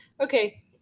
Okay